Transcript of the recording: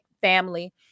family